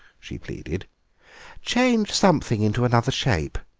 she pleaded change something into another shape.